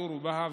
צור-באהר,